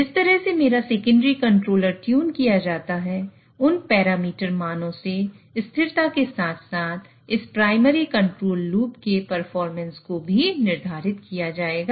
जिस तरह से मेरा सेकेंडरी कंट्रोलर ट्यून किया जाता है उन पैरामीटर मानो से स्थिरता के साथ साथ इस प्राइमरी कंट्रोल लूप के परफॉर्मेंस को भी निर्धारित किया जाएगा